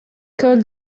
called